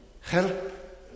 help